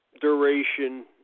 duration